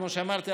כמו שאמרתי,